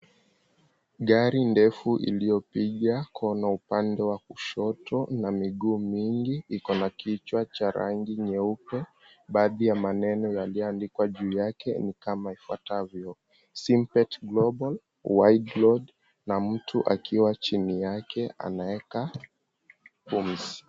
Gari ndefu iliyopiga kona upande wa kushoto na miguu mingi iko na kichwa cha rangi nyeupe. Baadhi ya maneno yaliyoandikwa juu yake ni kama ifuatavyo: Simpet Global, wide load na mtu akiwa chini yake anaweka pumzi